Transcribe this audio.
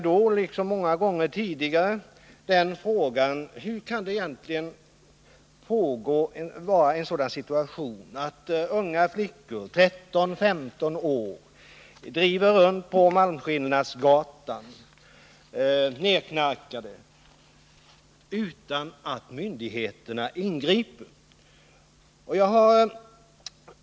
Då, liksom många gånger tidigare, frågade jag mig: Hur kan det vara möjligt att unga flickor, 13-15 år gamla, nerknarkade driver omkring på Malmskillnadsgatan utan att myndigheterna ingriper?